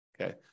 Okay